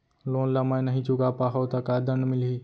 Loan ला मैं नही चुका पाहव त का दण्ड मिलही?